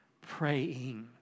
praying